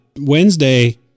Wednesday